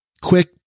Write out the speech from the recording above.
quick